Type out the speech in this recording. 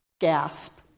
gasp